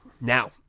Now